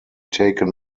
taken